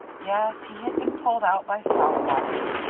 yes, he had been pulled out by somebody.